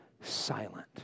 silent